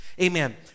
amen